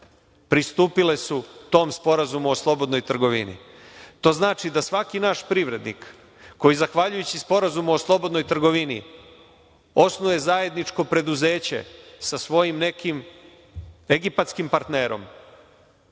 pristupile su tom Sporazumu o slobodnoj trgovini. To znači da svaki naš privrednik, koji zahvaljujući Sporazumu o slobodnoj trgovini osnuje zajedničko preduzeće sa svojim nekim egipatskim partnerom